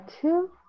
two